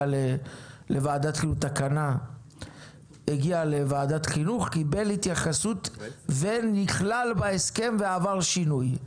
לוועדת חינוך קיבל התייחסות ונכלל בהסכם ועבר שינוי.